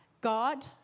God